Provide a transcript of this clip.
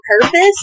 purpose